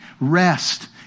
rest